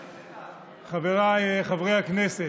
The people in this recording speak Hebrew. חבריי חברי הכנסת,